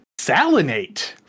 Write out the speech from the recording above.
salinate